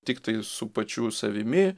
tiktai su pačių savimi